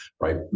Right